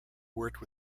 worked